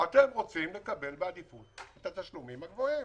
אתם רוצים לקבל בעדיפות את התשלומים הגבוהים.